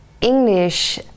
English